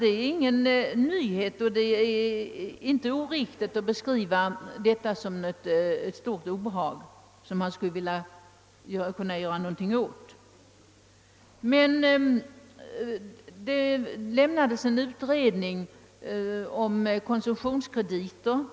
Det är ingen nyhet, och det är inte oriktigt att beskriva detta som ett stort obehag som man skulle vilja göra något åt. Det har gjorts en utredning om konsumtionskrediter.